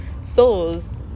souls